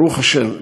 ברוך השם,